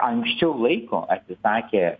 anksčiau laiko atsisakė